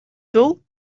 dos